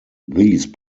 these